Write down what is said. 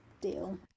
deal